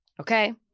Okay